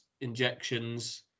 injections